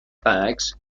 bags